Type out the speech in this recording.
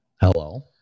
Hello